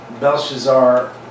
Belshazzar